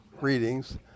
readings